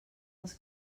els